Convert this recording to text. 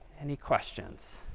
any questions?